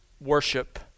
worship